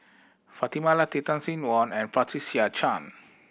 Fatimah Lateef Tan Sin Aun and Patricia Chan